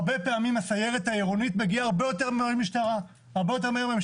הרבה פעמים הסיירת העירונית מגיעה יותר מהר מהמשטרה הכללית,